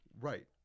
Right